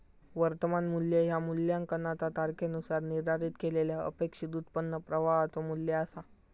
वर्तमान मू्ल्य ह्या मूल्यांकनाचा तारखेनुसार निर्धारित केलेल्यो अपेक्षित उत्पन्न प्रवाहाचो मू्ल्य असा